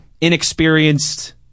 inexperienced –